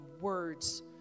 words